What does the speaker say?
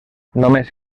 només